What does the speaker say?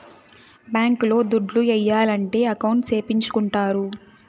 bank లో దుడ్లు ఏయాలంటే అకౌంట్ సేపిచ్చుకుంటారు